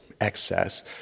excess